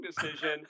decision